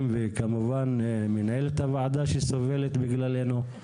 וכמובן מנהלת הוועדה שסובלת בגללנו...